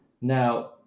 Now